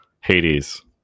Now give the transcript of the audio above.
Hades